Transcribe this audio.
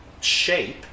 shape